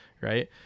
right